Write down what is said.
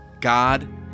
God